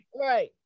right